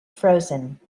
frozen